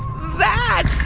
that